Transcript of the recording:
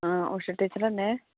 ആ ഉഷ ടീച്ചർ അല്ലേ